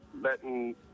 letting